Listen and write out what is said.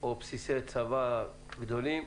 או בסיסי צבא גדולים,